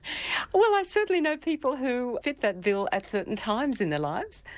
well i certainly know people who fit that bill at certain times in their lives,